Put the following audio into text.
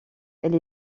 elle